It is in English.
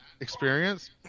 experience